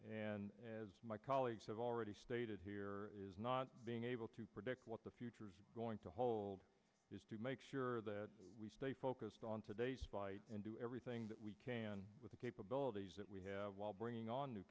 and as my colleagues have already stated here is not being able to predict what the future's going to hold is to make sure that we stay focused on today and do everything that we can with the capabilities that we have while bringing on new